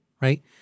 right